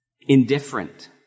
indifferent